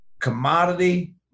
commodity